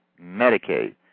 Medicaid